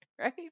right